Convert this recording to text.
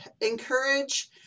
encourage